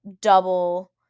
double